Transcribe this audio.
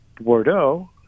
Bordeaux